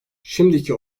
şimdiki